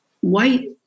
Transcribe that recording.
white